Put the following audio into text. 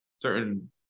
Certain